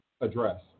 address